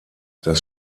das